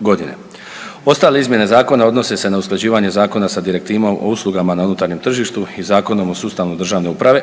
godine. Ostale izmjene zakona odnose se na usklađivanje zakona sa direktivama o uslugama na unutarnjem tržištu i Zakonom o sustavu državne uprave.